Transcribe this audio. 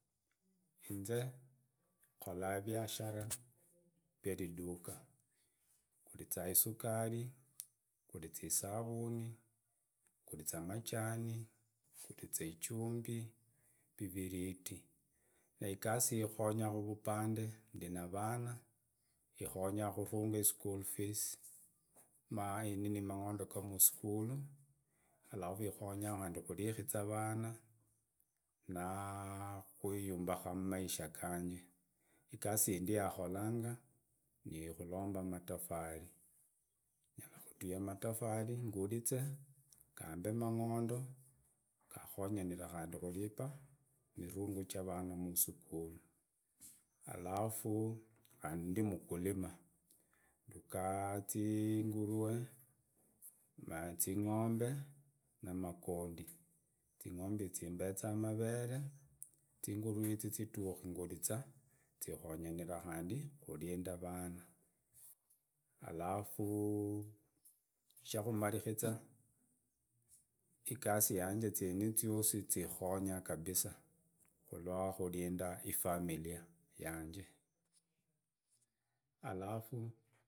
Inzekora vyashara nyanduka, nguriza isukari, isabuni, ngurizamajani mgurize ichambi viviriti na inyasi iyi ingonya kuvupande ndina vana ingonya kuvunga ischool fees, mangondo ka musukuru alafu ikonya khandi kurikiza vana na kwiambaka kumaisha ganje. Igasi yindi yangolangani kuromba matofali yala kuduya matofali, ngurize gambeemangondo gokonyire khandi kulipa mirungu cha vana musukurua, alafu inzi ndi muthulima, ndugaa zinguruwee, zing'ombe, namagondi zing'ombe izi zimbezaa mbeere, zinguruwe izi zidumi nguriza nzingonyira khandi kvinda vana alafu shakumarikiza igasi yange izi ziosi ikonyaa kabisa kurindaa ifamilia yanje alafu.